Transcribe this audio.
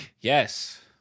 Yes